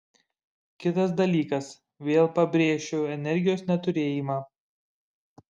kitas dalykas vėl pabrėšiu energijos neturėjimą